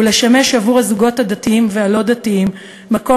ולשמש עבור הזוגות הדתיים והלא-דתיים מקום